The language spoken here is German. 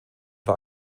war